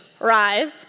Rise